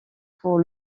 pour